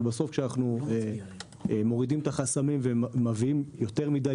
אבל בסוף כשאנחנו מורידים את החסמים ומביאים יותר מידי